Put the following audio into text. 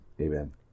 Amen